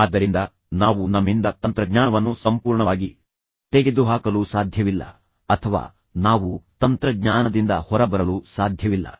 ಆದ್ದರಿಂದ ನೀವು ಅದನ್ನು ನೋಡಿದರೆ ನಾವು ನಮ್ಮಿಂದ ತಂತ್ರಜ್ಞಾನವನ್ನು ಸಂಪೂರ್ಣವಾಗಿ ತೆಗೆದುಹಾಕಲು ಸಾಧ್ಯವಿಲ್ಲ ಅಥವಾ ನಾವು ತಂತ್ರಜ್ಞಾನದಿಂದ ಹೊರಬರಲು ಸಾಧ್ಯವಿಲ್ಲ